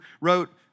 wrote